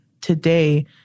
today